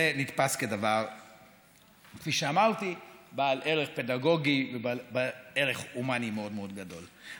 זה נתפס כדבר בעל ערך פדגוגי ובעל ערך הומני מאוד מאוד גדול.